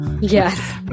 yes